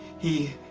he,